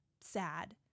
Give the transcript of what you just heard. sad